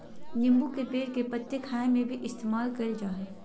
नींबू के पेड़ के पत्ते खाय में भी इस्तेमाल कईल जा हइ